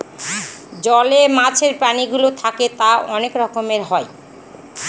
জলে মাছের প্রাণীগুলো থাকে তা অনেক রকমের হয়